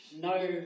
no